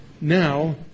now